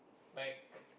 like